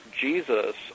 Jesus